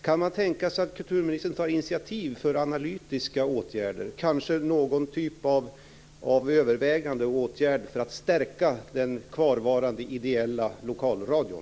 Kan man tänka sig att kulturministern tar initiativ till analytiska åtgärder, kanske någon typ av överväganden och åtgärder, för att stärka den kvarvarande ideella lokalradion?